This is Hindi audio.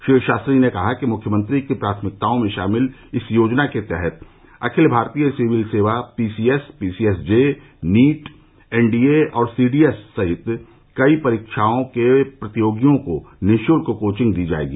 श्री शास्त्री ने कहा कि मुख्यमंत्री की प्राथमिकताओं में शामिल इस योजना के तहत अखिल भारतीय सिविल सेवा पीसीएस पीसीएसजे नीट एनडीए और सीडीएस सहित कई परीक्षाओं के प्रतियोगियों को निःशुल्क कोचिंग दी जायेगी